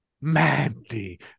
Mandy